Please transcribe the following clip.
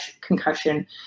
concussion